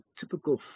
typical